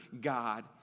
God